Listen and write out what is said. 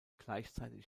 gleichzeitig